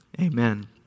Amen